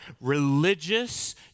religious